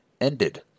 ended